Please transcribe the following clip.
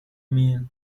meal